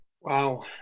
wow